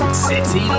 city